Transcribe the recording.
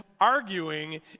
Arguing